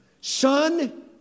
son